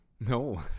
no